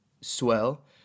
swell